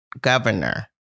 governor